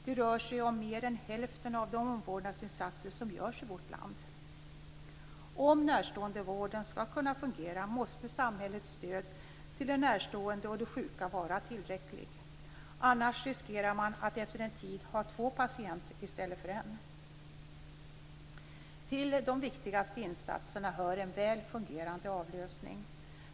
Det rör sig om mer än hälften av de omvårdnadsinsatser som görs i vårt land. Om närståendevården skall kunna fungera måste samhällets stöd till de närstående och de sjuka vara tillräckligt. Annars riskerar man att efter en tid ha två patienter i stället för en. Till de viktigaste insatserna hör en väl fungerande avlösning.